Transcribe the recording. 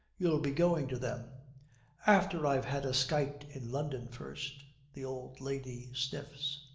you'll be going to them after i've had a skite in london first the old lady sniffs,